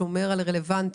שומר על הרלוונטיות.